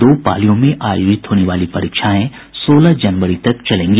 दो पालियों में आयोजित होने वाली परीक्षाएं सोलह जनवरी तक चलेगी